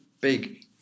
big